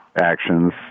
actions